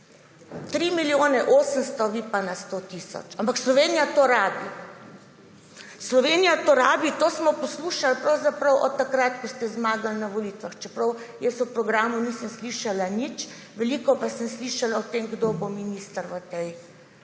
3 milijone 800, vi pa na 100 tisoč. Ampak Slovenija to rabi. Slovenija to rabi, to smo poslušali pravzaprav od takrat, ko ste zmagali na volitvah, čeprav jaz o programu nisem slišala nič, veliko pa sem slišala o tem, kdo bo minister v tej